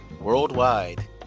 worldwide